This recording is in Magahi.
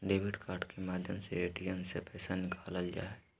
डेबिट कार्ड के माध्यम से ए.टी.एम से पैसा निकालल जा हय